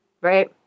right